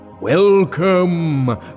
Welcome